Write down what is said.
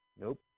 Nope